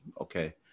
okay